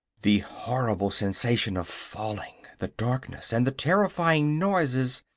the horrible sensation of falling, the darkness and the terrifying noises,